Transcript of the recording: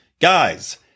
guys